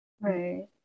Right